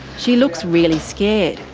she looks really scared.